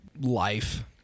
life